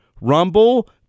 Rumble